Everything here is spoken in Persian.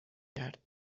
کرد